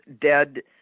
dead